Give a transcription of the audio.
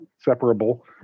separable